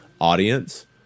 Audience